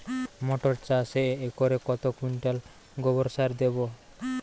মটর চাষে একরে কত কুইন্টাল গোবরসার দেবো?